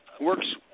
works